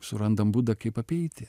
surandam būdą kaip apeiti